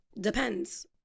Depends